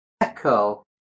echo